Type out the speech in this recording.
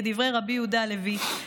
כדברי רבי יהודה הלוי,